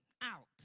out